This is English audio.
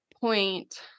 point